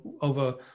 over